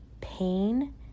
Pain